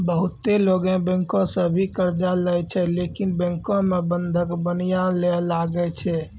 बहुते लोगै बैंको सं भी कर्जा लेय छै लेकिन बैंको मे बंधक बनया ले लागै छै